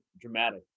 dramatic